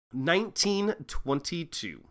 1922